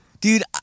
Dude